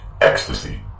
ecstasy